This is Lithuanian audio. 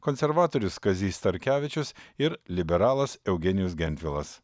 konservatorius kazys starkevičius ir liberalas eugenijus gentvilas